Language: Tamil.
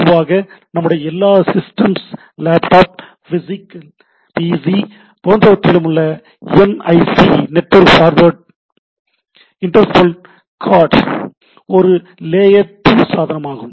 பொதுவாக நம்முடைய எல்லா சிஸ்டம்ஸ் லேப்டாப் பிசி போன்றவற்றிலும் உள்ள என்ஐசி நெட்வொர்க் இன்டர்ஃபேஸ் கார்டு ஒரு லேயர் 2 சாதனமாகும்